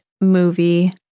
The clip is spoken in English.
movie